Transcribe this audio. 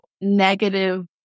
negative